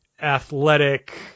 athletic